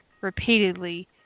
repeatedly